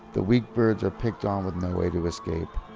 the weak birds are picked on with no way to escape.